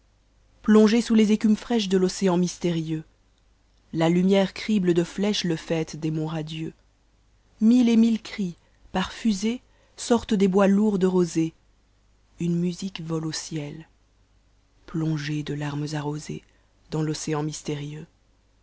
plongez sous les écumes fraîches de l'océan mystérieux la lumière crible de mèches le faite des monts radieux mille et mille cris par fusées sortent des bois lourds de rosées une musique vole aux deux pïongez de larmes arrosées dans l'océan mystérieux